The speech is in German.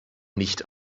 nicht